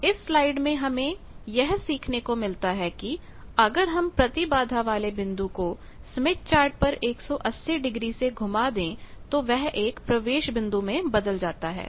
तोइस slide से हमें यह सीखने को मिलता है कि अगर हम प्रतिबाधा वाले बिंदु को स्मिथ चार्ट पर 180 डिग्री से घुमा दे तो वह एक प्रवेश बिंदु में बदल जाता है